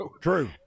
True